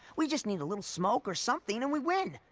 we just need a little smoke or something and we win.